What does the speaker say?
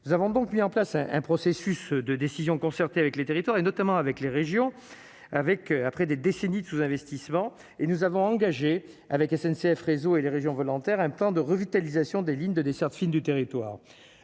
nous avons donc mis en place un processus de décision concertée avec les territoires, et notamment avec les régions avec, après des décennies de sous investissement. Et nous avons engagé avec SNCF, réseau et les régions volontaires un plan de revitalisation des lignes de desserte fine du territoire